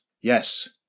Yes